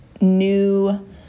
new